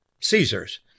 Caesars